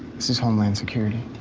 this is homeland security.